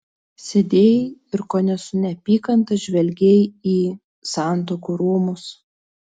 sėdėjai ir kone su neapykanta žvelgei į santuokų rūmus